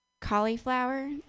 Cauliflower